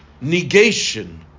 negation